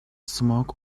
smoke